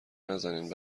نزنین